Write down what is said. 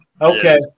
Okay